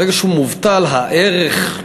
ברגע שהוא מובטל, ה"ערך"